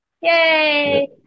Yay